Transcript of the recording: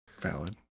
Valid